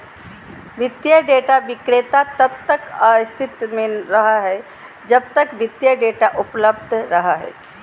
वित्तीय डेटा विक्रेता तब तक अस्तित्व में रहो हइ जब तक वित्तीय डेटा उपलब्ध रहो हइ